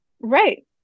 Right